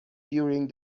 during